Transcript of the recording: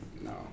No